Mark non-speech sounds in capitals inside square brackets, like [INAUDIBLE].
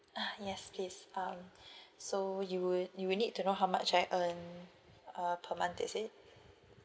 ah yes please um [BREATH] so you would you would need to know how much I earn uh per month that's it